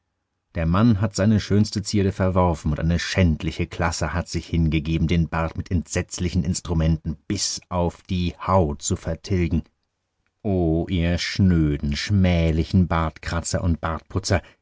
der mann hat seine schönste zierde verworfen und eine schändliche klasse hat sich hingegeben den bart mit entsetzlichen instrumenten bis auf die haut zu vertilgen oh ihr schnöden schmählichen bartkratzer und